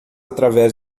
através